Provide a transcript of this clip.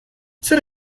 zer